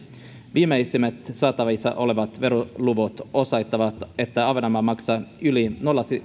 viimeisimmät saatavissa olevat veroluvut osoittavat että ahvenanmaa maksaa yli nolla